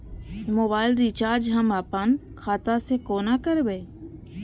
Mobile recharge हम आपन खाता से कोना करबै?